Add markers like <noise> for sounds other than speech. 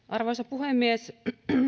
<unintelligible> arvoisa puhemies